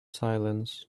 silence